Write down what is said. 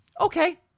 Okay